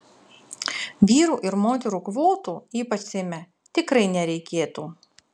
vyrų ir moterų kvotų ypač seime tikrai nereikėtų